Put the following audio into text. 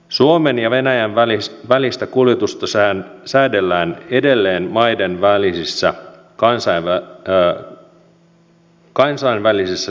suomen ja venäjän välisistä kuljetuksista säädellään edelleen maiden välisissä kansainvälisissä sopimuksissa